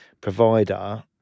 provider